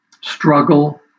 struggle